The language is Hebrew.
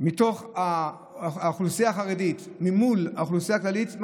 מתוך האוכלוסייה החרדית אל מול האוכלוסייה הכללית,